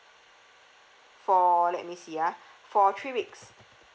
for let me see ah for three weeks